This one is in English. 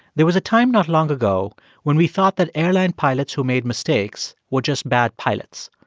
there was a time not long ago when we thought that airline pilots who made mistakes were just bad pilots.